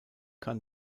kann